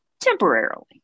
temporarily